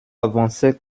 avançait